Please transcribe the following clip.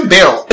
Bill